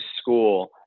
school